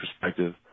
perspective